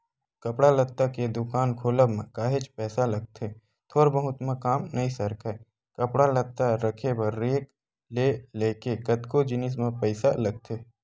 कपड़ा लत्ता के दुकान खोलब म काहेच पइसा लगथे थोर बहुत म काम नइ सरकय कपड़ा लत्ता रखे बर रेक ले लेके कतको जिनिस म पइसा लगथे